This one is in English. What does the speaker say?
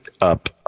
up